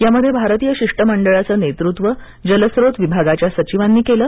यामध्ये भारतीय शिष्टमंडळाचं नेतृत्व जलस्रोत विभागाच्या सचिवांनी केलं